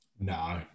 no